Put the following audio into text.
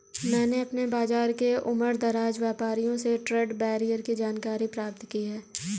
मैंने अपने बाज़ार के उमरदराज व्यापारियों से ट्रेड बैरियर की जानकारी प्राप्त की है